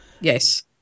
Yes